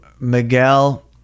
miguel